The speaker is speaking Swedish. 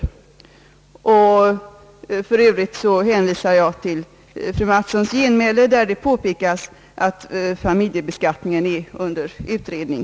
För Övrigt hänvisar jag, liksom fröken Mattson gjort i sitt genmäle, till att familjebeskattningen är under utredning.